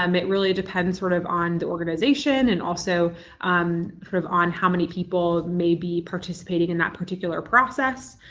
um it really depends sort of on the organization and also um sort of on how many people may be participating in that particular process.